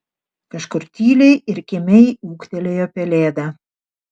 kažkur tyliai ir kimiai ūktelėjo pelėda